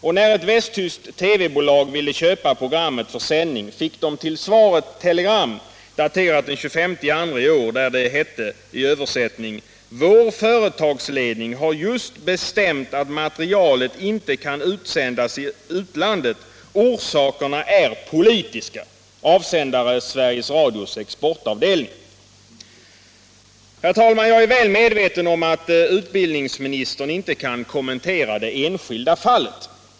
Och när ett västtyskt TV bolag ville köpa programmet för sändning fick det till svar ett telegram daterat den 25 februari i år, där det, översatt till svenska, bl.a. hette: "Vår företagsledning har just bestämt att materialet inte kan utsändas i utlandet, orsakerna är politiska.” Avsändare: Sveriges Radios exportavdelning. Jag är väl medveten om att utbildningsministern inte kan kommentera det enskilda fallet.